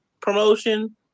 promotion